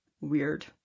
weird